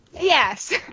Yes